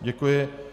Děkuji.